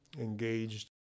engaged